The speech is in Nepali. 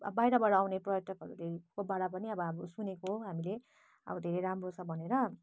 अब बाहिरबाट आउने पर्यटकहरूले कोबाट पनि अब सुनेको हामीले अब धेरै राम्रो छ भनेर